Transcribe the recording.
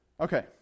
Okay